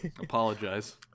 apologize